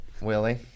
Willie